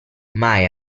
mai